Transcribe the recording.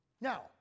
Now